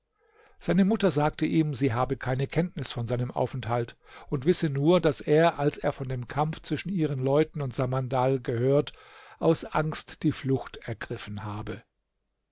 seine mutter sagte ihm sie habe keine kenntnis von seinem aufenthalt und wisse nur daß er als er von dem kampf zwischen ihren leuten und samandal gehört aus angst die flucht ergriffen habe